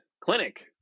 Clinic